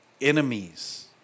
enemies